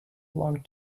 belong